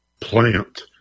plant